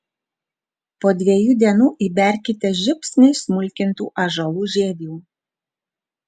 po dviejų dienų įberkite žiupsnį smulkintų ąžuolų žievių